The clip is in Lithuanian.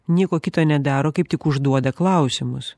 nieko kito nedaro kaip tik užduoda klausimus